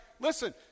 listen